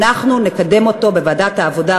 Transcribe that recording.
אנחנו נקדם בוועדת העבודה,